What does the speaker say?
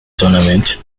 tournament